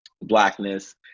Blackness